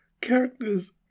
Characters